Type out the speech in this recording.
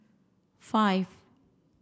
five